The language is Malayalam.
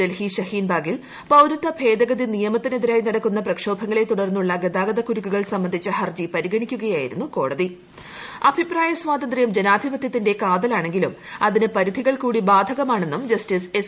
ഡൽഹി ഷഹീൻ ബാഗിൽ പൌരത്വ ഭേദഗ്യൂട്സിയ്മത്തിനെതിരായി നടക്കുന്ന പ്രക്ഷോഭങ്ങളെ തുടർന്നുള്ള ഗ്രിയ്ാഗ്തക്കുരുക്കുകൾ സംബന്ധിച്ച ഹർജി പരിഗണിക്കുകയാർ സ്വാതന്ത്ര്യം ജനാധിപത്യത്തിന്റെ കാ്തൂലാണെങ്കിലും അതിന് പരിധികൾ കൂടി ബാധകമാണെന്നും ജസ്റ്റിസ് എസ്